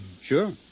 Sure